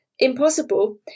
Impossible